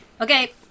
Okay